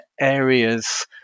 areas